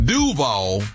Duval